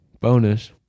Bonus